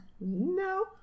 No